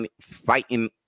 fighting